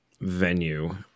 venue